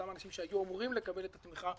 אותם אנשים שהיו אמורים לקבל תמיכה,